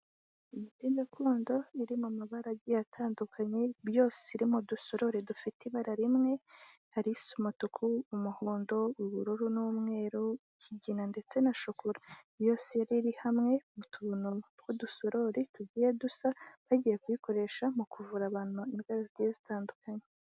Imiti gakondo iri mu mabara atandukanye, yose iri mu dusorori dufite ibara rimwe. Hari isa umutuku, umuhondo, ubururu n'umweru, ikigina ndetse na shokora. Yose yari iri hamwe, mu tuntu tw'udusorori tugiye dusa, bagiye kuyikoresha mu kuvura abantu indwara zigiye zitandukanye.